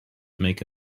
make